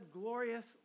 glorious